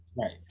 Right